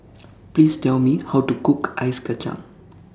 Please Tell Me How to Cook Ice Kachang